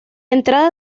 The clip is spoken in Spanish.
entrada